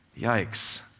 Yikes